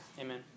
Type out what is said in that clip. amen